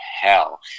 hell